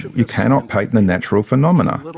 you cannot patent a natural phenomena.